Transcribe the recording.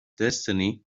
destiny